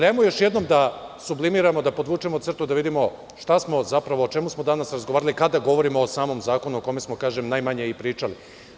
Hajmo još jednom da sublimiramo, da podvučemo crtu da vidimo šta smo zapravo o čemu smo danas razgovarali kada govorimo o samom zakonu o kome smo, kažem, najmanje i pričali.